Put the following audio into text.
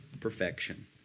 perfection